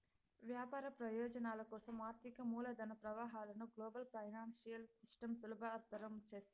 వ్యాపార ప్రయోజనాల కోసం ఆర్థిక మూలధన ప్రవాహాలను గ్లోబల్ ఫైనాన్సియల్ సిస్టమ్ సులభతరం చేస్తాది